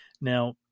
Now